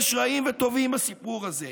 יש רעים וטובים בסיפור הזה.